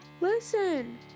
listen